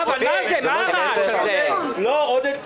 עודד,